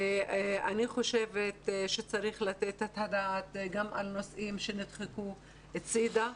ואני חושבת שצריך לתת את הדעת גם על נושאים שנדחקו הצידה.